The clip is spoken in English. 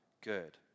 good